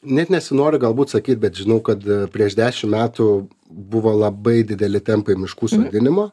net nesinori galbūt sakyt bet žinau kad prieš dešimt metų buvo labai dideli tempai miškų sodinimo